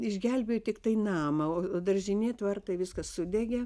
išgelbėjo tiktai namą o daržinė tvartai viskas sudegė